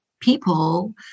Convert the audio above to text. people